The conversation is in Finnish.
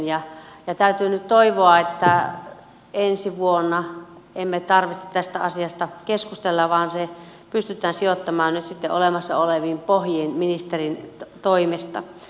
täytyy nyt toivoa ettei ensi vuonna meidän tarvitse tästä keskustella vaan se pystytään sijoittamaan olemassa oleviin pohjiin ministerin toimesta